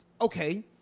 okay